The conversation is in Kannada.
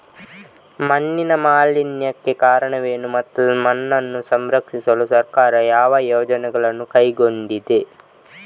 ಮಣ್ಣಿನ ಮಾಲಿನ್ಯಕ್ಕೆ ಕಾರಣವೇನು ಮತ್ತು ಮಣ್ಣನ್ನು ಸಂರಕ್ಷಿಸಲು ಸರ್ಕಾರ ಯಾವ ಯೋಜನೆಗಳನ್ನು ಕೈಗೊಂಡಿದೆ?